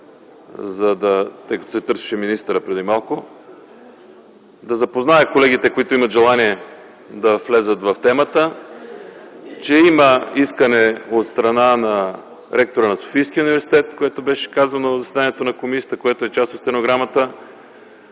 преди малко се търсеше министърът. Искам да запозная колегите, които имат желание да влязат в темата, че има искане от страна на ректора на Софийския университет, което беше казано в заседанието на комисията – то е част от стенограмата.